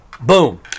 Boom